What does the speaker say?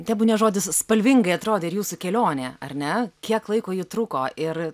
tebūnie žodis spalvingai atrodė ir jūsų kelionė ar ne kiek laiko ji truko ir